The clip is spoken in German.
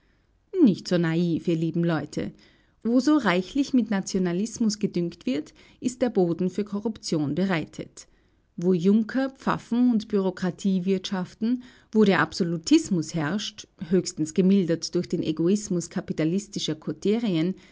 nicht so naiv ihr lieben leute wo so reichlich mit nationalismus gedüngt wird ist der boden für korruption bereitet wo junker pfaffen und bureaukratie wirtschaften wo der absolutismus herrscht höchstens gemildert durch den egoismus kapitalistischer koterien